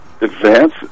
advance